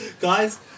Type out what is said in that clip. Guys